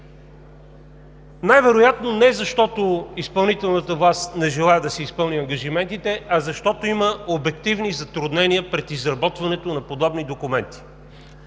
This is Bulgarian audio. Най вероятно не защото изпълнителната власт не желае да си изпълни ангажиментите, а защото има обективни затруднения пред изработването на подобни документи.